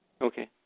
okay